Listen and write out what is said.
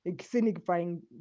signifying